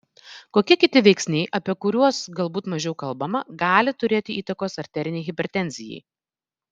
kokie kiti veiksniai apie kurios galbūt mažiau kalbama gali turėti įtakos arterinei hipertenzijai